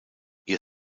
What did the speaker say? ihr